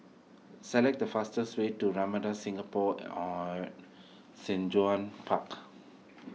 select the fastest way to Ramada Singapore Shanzhong Park